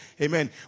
amen